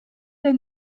der